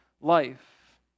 life